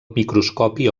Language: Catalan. microscopi